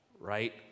right